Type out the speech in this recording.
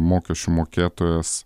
mokesčių mokėtojas